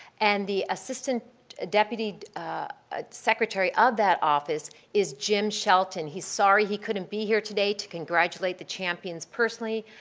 and the assistant deputy ah secretary of that office is jim shelton. he's sorry he couldn't be here today to congratulate the champions personally.